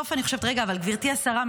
גברתי השרה,